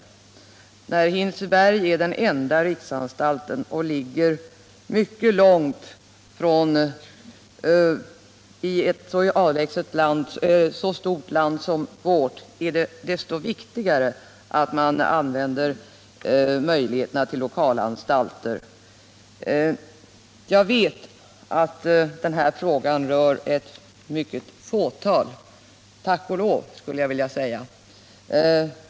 Eftersom Hinseberg är den enda riksanstalten i ett så stort land som vårt är det desto viktigare att man använder möjligheterna vid lokalanstalterna. Jag vet att den här frågan rör ett litet fåtal — tack och lov skulle jag vilja säga.